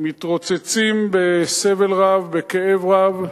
מתרוצצים בסבל רב, בכאב רב,